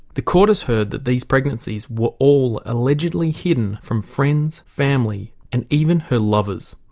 the court has heard that these pregnancies were all allegedly hidden from friends, family and even her lovers.